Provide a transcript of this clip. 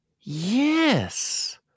yes